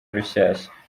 rushyashya